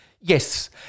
Yes